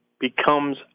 becomes